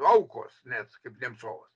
aukos net kaip nemcovas